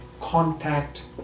contact